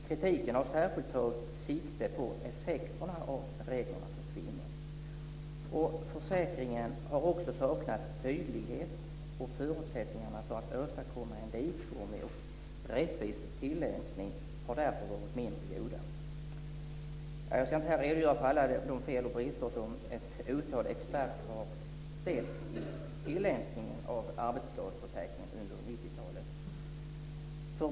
Kritiken har särskilt tagit sikte på reglernas effekter för kvinnor. Försäkringen har också saknat tydlighet. Förutsättningarna för att åstadkomma en likformig och rättvis tillämpning har därför varit mindre goda. Jag ska inte här redogöra för alla de fel och brister som ett otal experter har sett i tillämpningen av arbetsskadeförsäkringen under 90-talet.